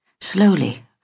Slowly